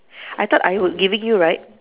I thought I would giving you right